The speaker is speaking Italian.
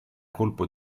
colpo